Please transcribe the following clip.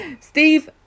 Steve